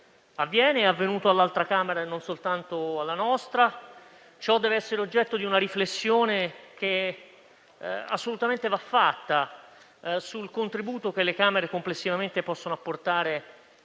avviene; è avvenuto anche nell'altra Camera e non soltanto qui. Ciò deve essere oggetto di una riflessione che va assolutamente fatta sul contributo che le Camere complessivamente possono apportare